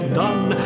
done